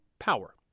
power